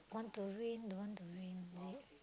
want to rain don't want to rain is it